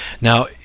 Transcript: Now